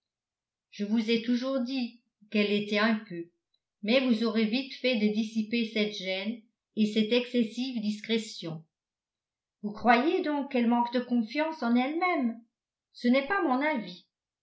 je vous ai toujours dit qu'elle l'était un peu mais vous aurez vite fait de dissiper cette gêne et cette excessive discrétion vous croyez donc qu'elle manque de confiance en elle-même ce n'est pas mon avis